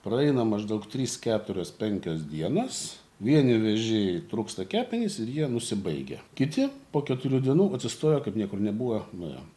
praeina maždaug trys keturios penkios dienos vieni vėžiai trūksta kepenys ir jie nusibaigia kiti po keturių dienų atsistojo kaip niekur nebuvo nuėjo